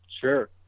Sure